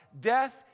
death